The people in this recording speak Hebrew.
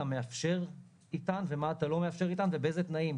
מאפשר איתן ומה אתה לא מאפשר איתן ובאיזה תנאים.